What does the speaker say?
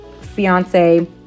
fiance